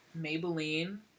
Maybelline